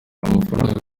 amafaranga